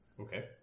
Okay